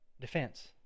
defense